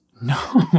No